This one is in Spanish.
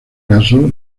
caso